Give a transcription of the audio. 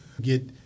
get